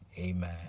Amen